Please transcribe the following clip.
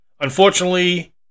Unfortunately